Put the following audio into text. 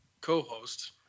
co-host